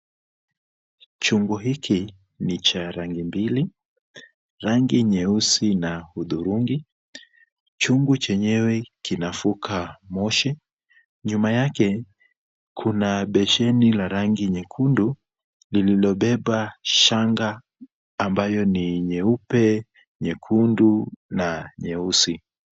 Chungu hiki ni ya rangi mbili, rangi nyeusi na hudhurungi. Chungu chenyewe kinafuka moshi. Nyuma yake kuna besheni la rangi nyekundu, lililobeba shanga ambayo ni nyeupe, nyekundu na nyeusi.